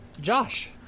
Josh